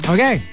Okay